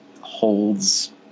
holds